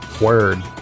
Word